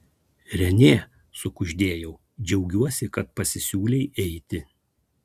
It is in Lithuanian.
renė sukuždėjau džiaugiuosi kad pasisiūlei eiti